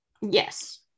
Yes